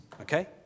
okay